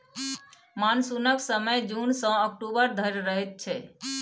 मानसुनक समय जुन सँ अक्टूबर धरि रहय छै